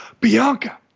Bianca